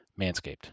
Manscaped